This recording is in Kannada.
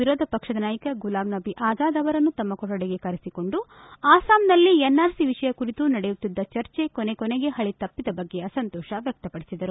ವಿರೋಧ ಪಕ್ಷದ ನಾಯಕ ಗುಲಾಂ ನಬಿ ಆಜಾದ್ ಅವರನ್ನು ತಮ್ನ ಕೊಠಡಿಗೆ ಕರೆಸಿಕೊಂಡು ಅಸ್ತಾಂನಲ್ಲಿ ಎನ್ಆರ್ಸಿ ವಿಷಯ ಕುರಿತು ನಡೆಯುತ್ತಿದ್ದ ಚರ್ಚೆ ಕೊನೆಕೊನೆಗೆ ಹಳಿ ತಪ್ಪದ ಬಗ್ಗೆ ಅಸಂತೋಷ ವ್ಯಕ್ತಪಡಿಸಿದರು